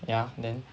ya then